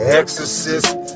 exorcist